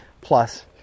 plus